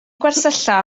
gwersylla